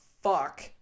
fuck